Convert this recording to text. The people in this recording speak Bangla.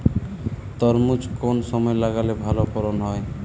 তরমুজ কোন সময় লাগালে ভালো ফলন হয়?